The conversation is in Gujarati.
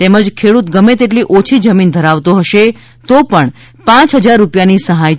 તેમજ ખેડૂત ગમે તેટલી ઓછી જમીન ધરાવતો હશે તો પણ પાંચ હજાર રૂપિયાની સહાય ચૂકવાશે